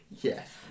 Yes